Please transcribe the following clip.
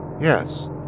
Yes